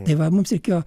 tai va mums reikėjo